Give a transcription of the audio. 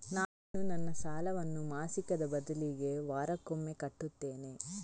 ನಾನು ನನ್ನ ಸಾಲವನ್ನು ಮಾಸಿಕದ ಬದಲಿಗೆ ವಾರಕ್ಕೊಮ್ಮೆ ಕಟ್ಟುತ್ತೇನೆ